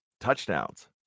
touchdowns